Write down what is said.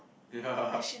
ya